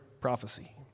prophecy